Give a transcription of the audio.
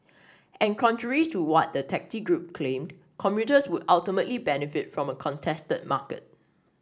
and contrary to what the taxi group claimed commuters would ultimately benefit from a contested market